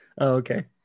Okay